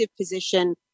position